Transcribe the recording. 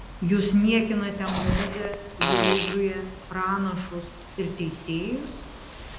jūs niekinate mozę jozuę pranašus ir teisėjus